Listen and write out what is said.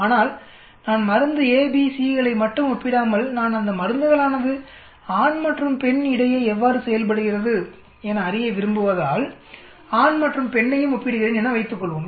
ஆனால் நான் மருந்து ஏ பி சி களை மட்டும் ஒப்பிடாமல்நான் அந்த மருந்துகளானது ஆண் மற்றும் பெண் இடையே எவ்வாறு செயல்படுகிறது என அறிய விரும்புவதால் ஆண் மற்றும் பெண்ணையும் ஒப்பிடுகிறேன் என வைத்துகொள்வோம்